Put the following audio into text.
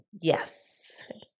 Yes